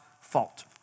fault